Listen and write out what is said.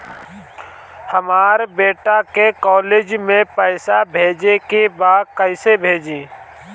हमर बेटा के कॉलेज में पैसा भेजे के बा कइसे भेजी?